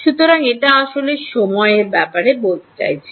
সুতরাং এটা আসলে সময় এর ব্যাপারে বলতে চাইছে